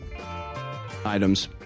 items